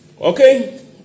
okay